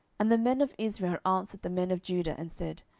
and the men of israel answered the men of judah, and said,